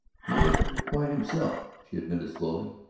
he is not quite himself, she admitted slowly.